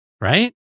Right